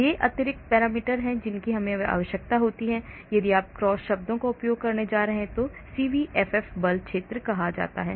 ये अतिरिक्त पैरामीटर हैं जिनकी हमें आवश्यकता होती है यदि आप क्रॉस शब्दों का उपयोग करने जा रहे हैं और इसे CVFF बल क्षेत्र कहा जाता है